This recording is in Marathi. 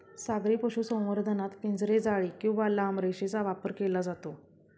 सागरी पशुसंवर्धनात पिंजरे, जाळी किंवा लांब रेषेचा वापर केला जातो